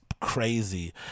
crazy